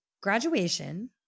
graduation